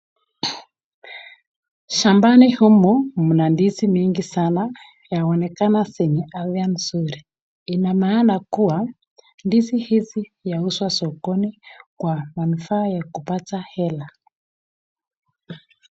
Shambani humu mna ndizi mingi sana inaonekana zenye afya nzuri ina maana kuwa ndizi hizi yauzwa sokoni kwa manufaa ya kupata hela.